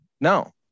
No